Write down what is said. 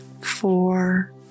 four